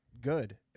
good